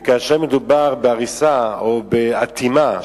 וכאשר מדובר בהריסה או באטימה,